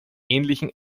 ähnlichen